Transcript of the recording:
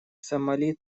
сомали